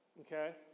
Okay